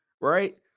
right